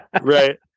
Right